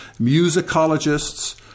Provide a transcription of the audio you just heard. musicologists